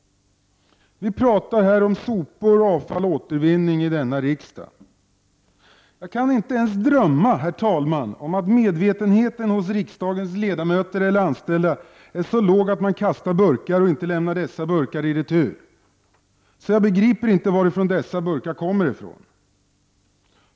Vi pratar här i riksdagen om sopor, avfall och återvinning. Men, herr talman, jag kan inte ens drömma om att medvetenheten hos riksdagens ledamöter och anställda är så liten att man kastar burkar i stället för att lämna dem i retur. Jag begriper därför inte varifrån dessa burkar kommer.